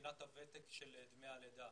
מבחינת הוותק של דמי הלידה,